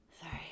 Sorry